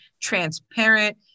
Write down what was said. transparent